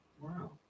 Wow